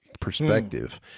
perspective